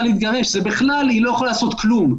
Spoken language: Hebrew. להתגרש ובכלל היא לא יכולה לעשות כלום.